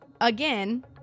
Again